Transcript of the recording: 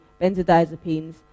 benzodiazepines